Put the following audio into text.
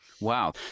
Wow